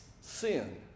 sin